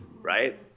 Right